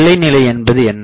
எல்லை நிலை என்பது என்ன